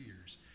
years